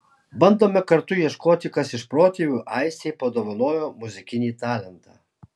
bandome kartu ieškoti kas iš protėvių aistei padovanojo muzikinį talentą